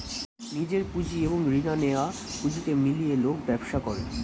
নিজের পুঁজি এবং রিনা নেয়া পুঁজিকে মিলিয়ে লোক ব্যবসা করে